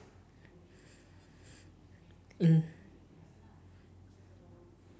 mm